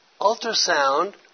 ultrasound